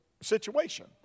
situation